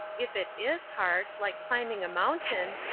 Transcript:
if it is hard, like climbing a mountain,